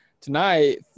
Tonight